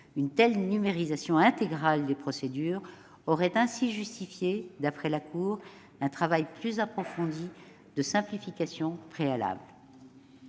Une telle numérisation intégrale des procédures aurait ainsi justifié, d'après la Cour, un travail plus approfondi de simplification préalable.